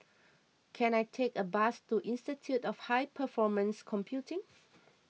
can I take a bus to Institute of High Performance Computing